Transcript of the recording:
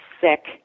sick